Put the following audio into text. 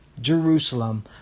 Jerusalem